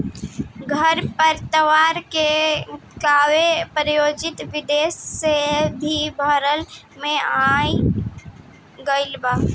खर पतवार के कएगो प्रजाति विदेश से भी भारत मे आ गइल बा